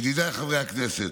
ידידיי חברי הכנסת,